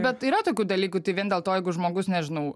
bet yra tokių dalykų tai vien dėl to jeigu žmogus nežinau